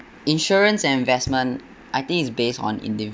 insurance and investment I think it's based on indiv~